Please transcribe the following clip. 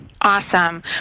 Awesome